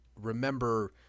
remember